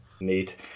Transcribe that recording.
neat